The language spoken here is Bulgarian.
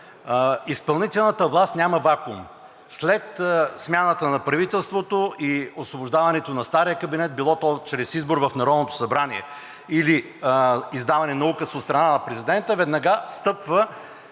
изпълнителната власт няма вакуум. След смяната на правителството и освобождаването на стария кабинет – било то чрез избор в Народното събрание, или издаване на указ от страна на президента, веднага встъпва